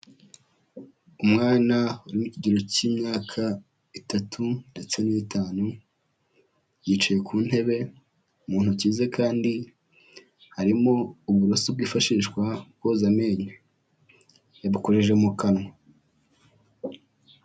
Umwana uri mu kigero cy'imyaka itatu ndetse n'itanu, yicaye ku ntebe, mu ntoki ze kandi harimo uburoso bwifashishwa bwoza amenyo. Yadukojeje mu kanwa.